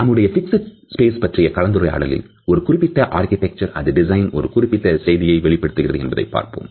நம்முடைய fixed space பற்றிய கலந்துரையாடலில் ஒரு குறிப்பிட்ட ஆர்கிடெக்சர் அது டிசைன் ஒரு குறிப்பிட்ட செய்தியை வெளிப்படுத்துகிறது என்பதை பார்ப்போம்